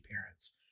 parents